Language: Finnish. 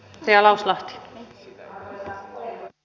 arvoisa puhemies